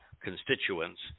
constituents